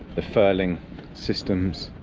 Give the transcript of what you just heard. the furling systems